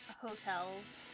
hotels